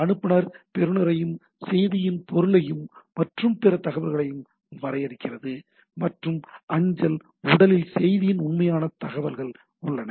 அனுப்புநர் பெறுநரையும் செய்தியின் பொருளையும் மற்றும் பிற தகவல்கள்களை வரையறுக்கிறது மற்றும் அஞ்சல் உடலில் செய்தியின் உண்மையான தகவல்கள் உள்ளன